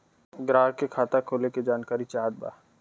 ग्राहक के खाता खोले के जानकारी चाहत बा?